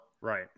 Right